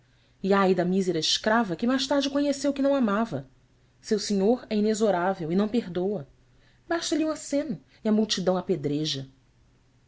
e ai da mísera escrava que mais tarde conheceu que não amava seu senhor é inexorável e não perdoa basta-lhe um aceno e a multidão apedreja